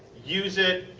use it,